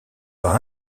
par